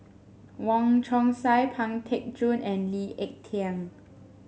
Wong Chong Sai Pang Teck Joon and Lee Ek Tieng